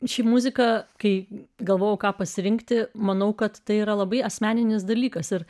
šį muziką kai galvoju ką pasirinkti manau kad tai yra labai asmeninis dalykas ir